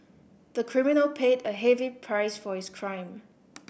the criminal paid a heavy price for his crime